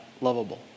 lovable